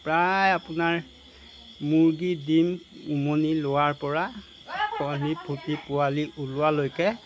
প্ৰায় আপোনাৰ মুৰ্গীৰ ডিম উমনি লোৱাৰ পৰা পোৱালি ফুটি পোৱালি ওলোৱালৈকে